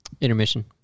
Intermission